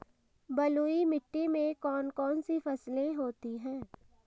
बलुई मिट्टी में कौन कौन सी फसलें होती हैं?